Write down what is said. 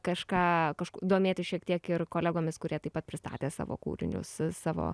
kažką kažkuo domėtis šiek tiek ir kolegomis kurie taip pat pristatė savo kūrinius savo